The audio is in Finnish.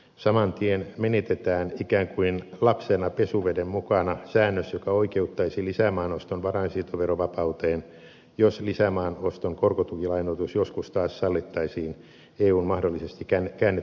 saman tien menetetään ikään kuin lapsena pesuveden mukana säännös joka oikeuttaisi lisämaan oston varainsiirtoverovapauteen jos lisämaan oston korkotukilainoitus joskus taas sallittaisiin eun mahdollisesti käännettyä kelkkansa